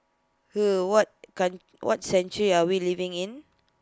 er what can what century are we living in